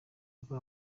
ubwo